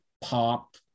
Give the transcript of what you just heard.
pop